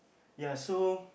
ya so